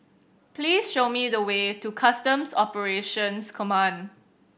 please show me the way to Customs Operations Command